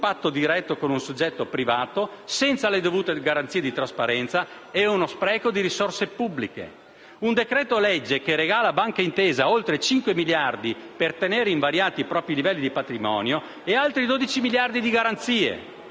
patto diretto con un soggetto privato, senza le dovute garanzie di trasparenza, e uno spreco di risorse pubbliche. Si tratta di un decreto-legge che regala a Banca Intesa oltre 5 miliardi di euro per tenere invariati i propri livelli di patrimonio e altri 12 miliardi di euro di